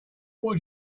what